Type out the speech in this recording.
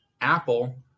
Apple